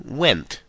went